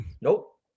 Nope